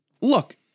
Look